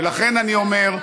ולכן אני אומר,